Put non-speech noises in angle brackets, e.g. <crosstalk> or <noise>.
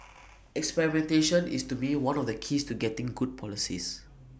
<noise> experimentation is to me one of the keys to getting good policies